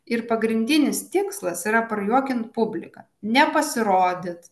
ir pagrindinis tikslas yra prajuokint publiką nepasirodyt